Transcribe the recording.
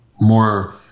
more